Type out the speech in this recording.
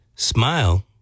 Smile